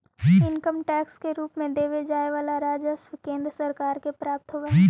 income tax के रूप में देवे जाए वाला राजस्व केंद्र सरकार के प्राप्त होव हई